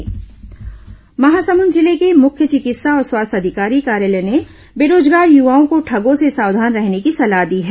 CHMO चेतावनी महासमुंद जिले के मुख्य चिकित्सा और स्वास्थ्य अधिकारी कार्यालय ने बेरोजगार युवाओं को ठगों से सावधान रखने की सलाह दी है